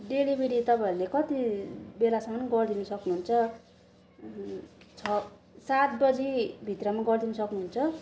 delivery तपाईँहरूले कति बेलासम्म गरिदिनु सक्नु हुन्छ छ सात बजी भित्रमा गरिदिनु सक्नु हुन्छ